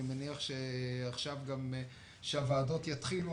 אני מניח שכשהוועדות יתחילו,